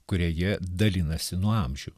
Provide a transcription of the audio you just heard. kuria jie dalinasi nuo amžių